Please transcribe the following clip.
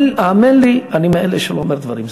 האמן לי, אני מאלה שלא אומרים דברים סתם.